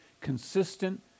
consistent